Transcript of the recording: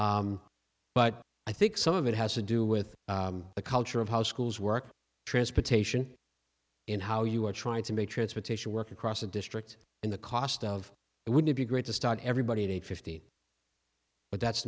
but i think some of it has to do with the culture of how schools work transportation in how you are trying to make transportation work across the district and the cost of it would be great to start everybody at age fifteen but that's